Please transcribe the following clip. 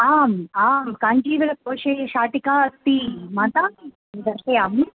आम् आं काञ्चीवरकौशेयशाटिका अस्ति मातः दर्शयामि